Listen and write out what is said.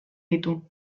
ditu